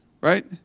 Right